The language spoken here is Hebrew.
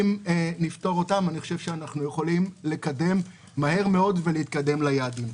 אם נפתור אותם אני חושב שאנחנו יכולים לקדם מהר מאוד ולהתקדם ליעדים.